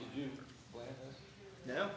you know